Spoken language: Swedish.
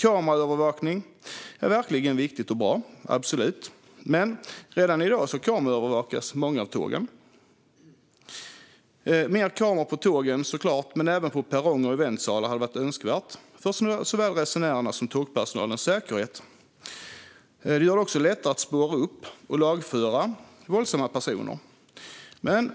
Kameraövervakning är verkligen viktigt och bra - absolut! Men redan i dag kameraövervakas många av tågen. Såklart skulle mer kameror på tågen men även på perronger och i väntsalar vara önskvärt för såväl resenärernas som tågpersonalens säkerhet. Det gör det också lättare att spåra upp och lagföra våldsamma personer.